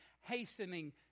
hastening